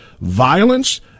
Violence